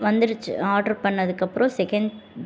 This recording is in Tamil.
வந்திருச்சு ஆர்ட்ரு பண்ணதுக்கு அப்புறம் செகண்ட்